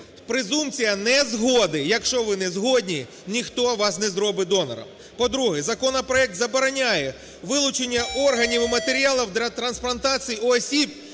презумпція незгоди, якщо ви не згодні, ніхто вас не зробить донором. По-друге, законопроект забороняє вилучення органів і матеріалів для трансплантації у осіб,